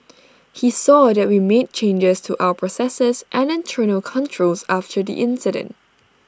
he saw that we made changes to our processes and internal controls after the incident